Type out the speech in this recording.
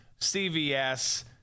cvs